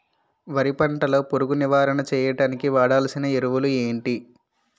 వరి పంట లో పురుగు నివారణ చేయడానికి వాడాల్సిన ఎరువులు ఏంటి?